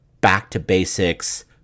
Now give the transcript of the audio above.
back-to-basics